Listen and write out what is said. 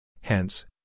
Hence